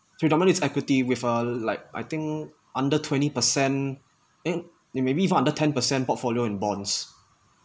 predominates equity with uh like I think under twenty percent eh maybe even under ten percent portfolio in bonds